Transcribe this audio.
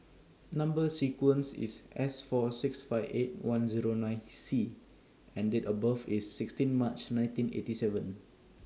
Number sequence IS S four six five eight one Zero nine C and Date of birth IS sixteen March nineteen eighty seven